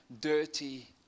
dirty